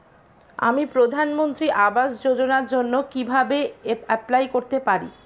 আমি প্রধানমন্ত্রী আবাস যোজনার জন্য কিভাবে এপ্লাই করতে পারি?